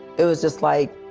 it was just, like,